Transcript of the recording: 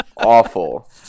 Awful